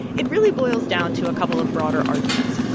it really boils down to a couple of broader arguments.